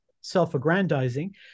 self-aggrandizing